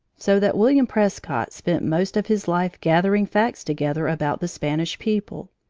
so that william prescott spent most of his life gathering facts together about the spanish people.